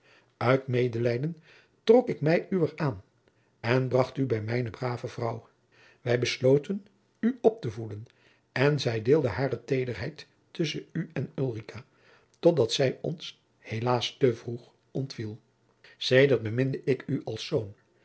uit medelijden trok ik mij uwer aan en bracht u bij mijne brave vrouw wij besloten u op te voeden en zij deelde hare tederheid tusschen u en ulrica tot dat zij ons helaas te vroeg ontviel sedert beminde ik u als zoon